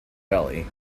belly